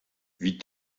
wie